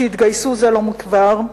שהתגייסו לא מכבר,